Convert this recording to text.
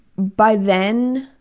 by then,